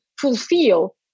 fulfill